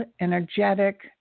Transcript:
energetic